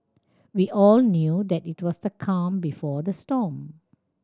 we all knew that it was the calm before the storm